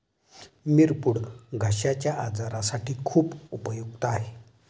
मिरपूड घश्याच्या आजारासाठी खूप उपयुक्त आहे